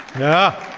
yeah.